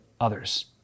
others